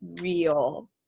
real